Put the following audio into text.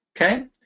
okay